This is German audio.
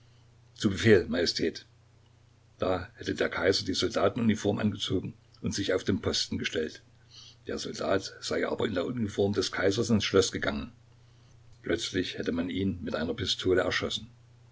zu befehl majestät da hätte der kaiser die soldatenuniform angezogen und sich auf den posten gestellt der soldat sei aber in der uniform des kaisers ins schloß gegangen plötzlich hätte man ihn mit einer pistole erschossen